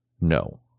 No